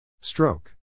Stroke